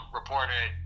reported